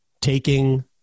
taking